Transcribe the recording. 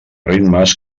ritmes